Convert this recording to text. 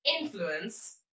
influence